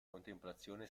contemplazione